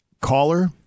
caller